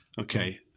Okay